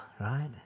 right